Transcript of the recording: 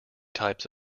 types